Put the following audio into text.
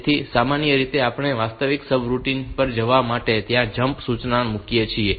તેથી સામાન્ય રીતે આપણે વાસ્તવિક સર્વિસ રૂટીન પર જવા માટે ત્યાં જમ્પ સૂચના મૂકીએ છીએ